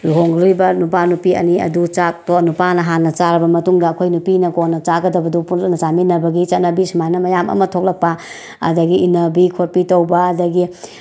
ꯂꯨꯍꯣꯡꯂꯤꯕ ꯅꯨꯄꯥ ꯅꯨꯄꯤ ꯑꯅꯤ ꯑꯗꯨ ꯆꯥꯛꯇꯣ ꯅꯨꯄꯥꯅ ꯍꯥꯟꯅ ꯆꯥꯔꯕ ꯃꯇꯨꯡꯗ ꯑꯩꯈꯣꯏ ꯅꯨꯄꯤꯅ ꯀꯣꯟꯅ ꯆꯥꯒꯗꯕꯗꯨ ꯄꯨꯟꯅ ꯆꯥꯃꯤꯟꯅꯕꯒꯤ ꯆꯠꯅꯕꯤ ꯁꯨꯃꯥꯏꯅ ꯃꯌꯥꯝ ꯑꯃ ꯊꯣꯛꯂꯛꯄ ꯑꯗꯒꯤ ꯏꯟꯅꯕꯤ ꯈꯣꯠꯄꯤ ꯇꯧꯕ ꯑꯗꯒꯤ